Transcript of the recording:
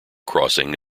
crossing